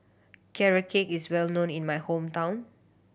Carrot Cake is well known in my hometown